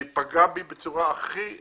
זה פגע בי בצורה הכי איומה,